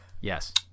Yes